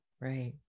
right